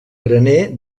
graner